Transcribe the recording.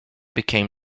became